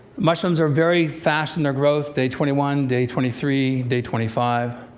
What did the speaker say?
mushrooms are very fast in their growth. day twenty one, day twenty three, day twenty five.